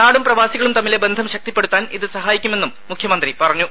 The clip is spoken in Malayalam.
നാടും പ്രവാസികളും തമ്മിലെ ബന്ധം ശക്തിപ്പെടുത്താൻ ഇത് സഹായിക്കുമെന്നും മുഖ്യമന്ത്രി പറഞ്ഞു